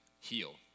heal